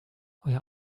euer